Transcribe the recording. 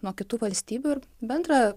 nuo kitų valstybių ir bendrą